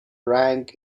rank